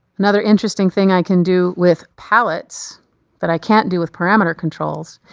another interesting thing i can do with palettes that i can't do with parameter controls,